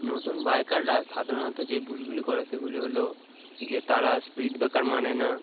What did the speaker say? নতুন বাইকাররা সাধারণত যেই ভুলগুলি করে সেগুলি হলো যে তারা স্পিড ব্রেকার মানে না